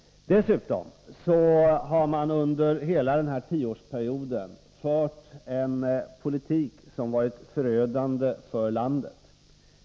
Dessutom har man under hela den här tioårsperioden fört en politik som varit förödande för landet.